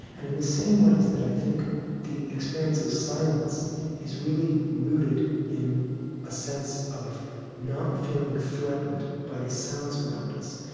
and in the same ways that i think the experience of silence is really rooted in a sense of not feeling threatened by the sounds around us.